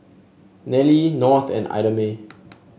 Nelie North and Idamae